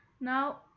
Now